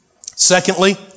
Secondly